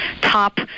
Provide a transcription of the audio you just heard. top